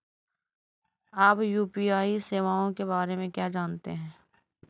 आप यू.पी.आई सेवाओं के बारे में क्या जानते हैं?